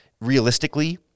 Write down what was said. realistically